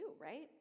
right